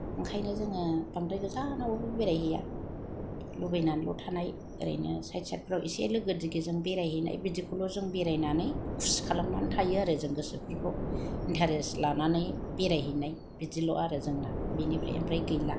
ओंखायनो जोङो बांद्राय गोजानावबो बेरायहैया लुबैनानैल' थानाय ओरैनो सायड सायड फ्राव इसे लोगो दिगिजों बेरायहैनाय बिदिखौल' जों बेरायनानै खुसि खालामनानै थायो आरो जों गोसोफोरखौ इन्टरेस लानानै बेरायहैनाय बिदिल' आरो जोंना बेनिफ्राय ओमफ्राय गैला